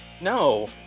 no